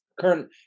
current